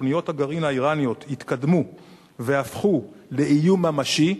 כשתוכניות הגרעין האירניות התקדמו והפכו לאיום ממשי,